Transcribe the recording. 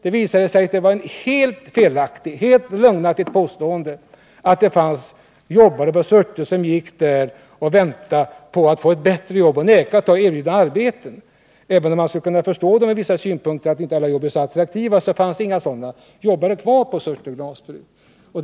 Det visade sig vara ett helt lögnaktigt påstående att det fanns jobbare på Surte glasbruk som nekade att ta erbjudna arbeten på annat håll, därför att de inte ansåg dem attraktiva. Det fanns inga sådana jobbare på Surte glasbruk.